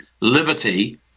liberty